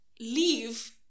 leave